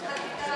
אתה יודע כמה